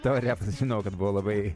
tau repas žinau kad buvo labai